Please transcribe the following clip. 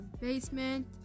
basement